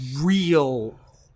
real